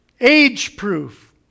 age-proof